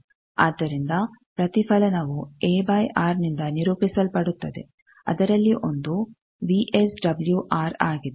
ಆದ್ದರಿಂದ ಪ್ರತಿಫಲನವು A R AR ನಿಂದ ನಿರೂಪಿಸಲ್ಪಡುತ್ತದೆ ಅದರಲ್ಲಿ ಒಂದು ವಿ ಎಸ್ ಡಬ್ಲೂ ಆರ್ ಆಗಿದೆ